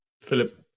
Philip